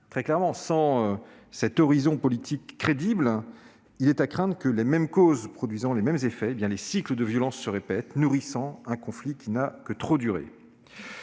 Très clairement, sans cet horizon politique crédible, il est à craindre que, les mêmes causes produisant les mêmes effets, les cycles de violences ne se répètent, nourrissant un conflit qui n'a que trop duré.